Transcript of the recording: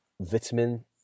vitamin